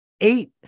eight